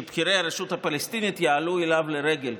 ובכירי הרשות הפלסטינית יעלו אליו לרגל,